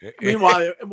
meanwhile